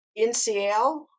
NCL